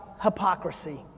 Hypocrisy